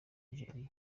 nigeria